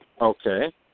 Okay